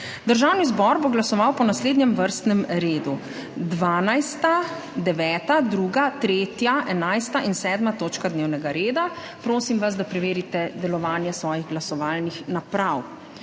Državni zbor bo glasoval po naslednjem vrstnem redu: 12., 9., 2., 3., 11. in 7. točka dnevnega reda. Prosim vas, da preverite delovanje svojih glasovalnih naprav.